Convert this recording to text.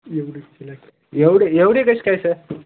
एवढे शिवाय एवढे एवढे कसे काय सर